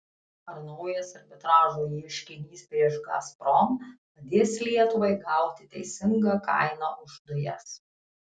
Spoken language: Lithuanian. ar naujas arbitražo ieškinys prieš gazprom padės lietuvai gauti teisingą kainą už dujas